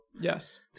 Yes